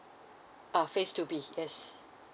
err phase two B yes